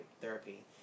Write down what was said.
therapy